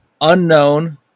Unknown